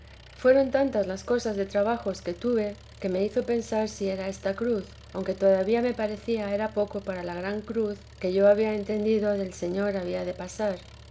fueron tantas las cosas de trabajos que tuve que me hizo pensar si era esta la cruz aunque todavía me parecía era poco para la gran cruz que yo había entendido del señor que había de pasar